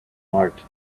marked